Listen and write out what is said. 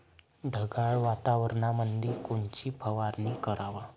ढगाळ वातावरणामंदी कोनची फवारनी कराव?